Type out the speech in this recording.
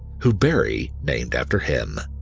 who barrie named after him.